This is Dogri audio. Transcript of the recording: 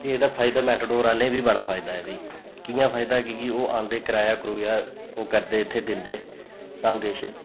ते एह्दा फायदा मैटाडोर आह्ले बी बड़ा फायदा ऐ कि'यां फायदा की के ओह् आंदे कराया क़ुराया ओह् करदे इत्थै दिंदे सब किश